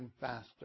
faster